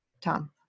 Tom